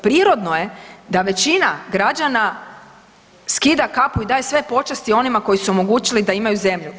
Prirodno je da većina građana skida kapu i daje sve počasti onima koji su omogućili da imaju zemlju.